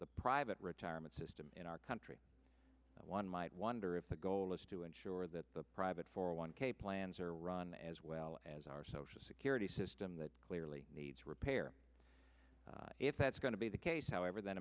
the private retirement system in our country one might wonder if the goal is to ensure that the private for one k plans are run as well as our social security system that clearly needs repair if that's going to be the case however tha